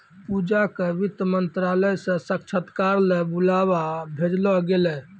पूजा क वित्त मंत्रालय स साक्षात्कार ल बुलावा भेजलो गेलै